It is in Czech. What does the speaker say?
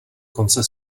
konce